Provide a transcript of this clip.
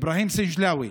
אבראהים סינג'לאווי,